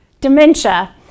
dementia